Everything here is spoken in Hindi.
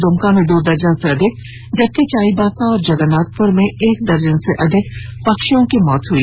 द्मका में दो दर्जन से अधिक जबकि चाईबासा और जगन्नाथपुर में एक दर्जन से अधिक पक्षियों की मौत हो गई